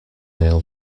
nail